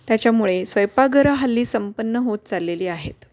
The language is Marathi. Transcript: त्याच्यामुळे स्वयंपाकघरं हल्ली संपन्न होत चाललेली आहेत